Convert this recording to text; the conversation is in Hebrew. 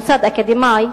למוסד אקדמי,